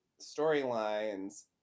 storylines